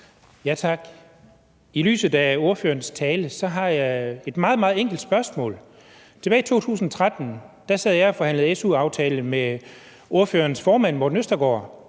Tak. I lyset af ordførerens tale har jeg et meget, meget enkelt spørgsmål. Tilbage i 2013 sad jeg og forhandlede su-aftale med ordførerens formand, Morten Østergaard,